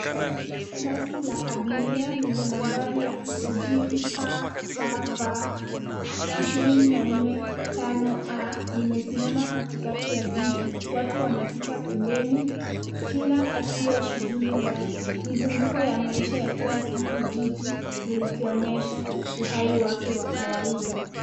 Basi la abiria lenye nambari ya usajili KBV ishirini na nne tano A,limesimama katikati ya jiji. Watu wanapita pembeni kila akiwa shughuli zake. Mizunguko ya maisha ya kila siku jiji likionyesha uhai wake wa kawaida.